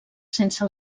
sense